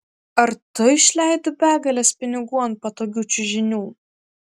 ar tu išleidi begales pinigų ant patogių čiužinių